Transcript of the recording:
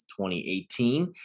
2018